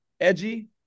edgy